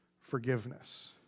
forgiveness